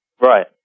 Right